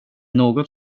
något